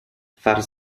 far